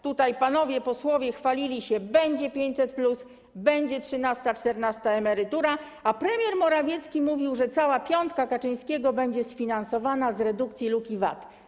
Tutaj panowie posłowie chwalili się: będzie 500+, będzie trzynasta, czternasta emerytura, a premier Morawiecki mówił, że cała piątka Kaczyńskiego będzie sfinansowana z redukcji luki VAT.